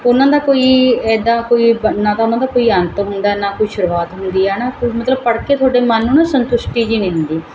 ਉਹਨਾਂ ਦਾ ਕੋਈ ਇੱਦਾਂ ਕੋਈ ਨਾ ਤਾਂ ਉਹਨਾਂ ਦਾ ਕੋਈ ਅੰਤ ਹੁੰਦਾ ਨਾ ਕੋਈ ਸ਼ੁਰੂਆਤ ਹੁੰਦੀ ਹੈ ਨਾ ਕੋਈ ਮਤਲਬ ਪੜ੍ਹ ਕੇ ਤੁਹਾਡੇ ਮਨ ਨੂੰ ਨਾ ਸੰਤੁਸ਼ਟੀ ਜਿਹੀ ਨਹੀਂ ਹੁੰਦੀ